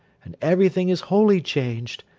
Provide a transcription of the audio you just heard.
and everything is wholly changed,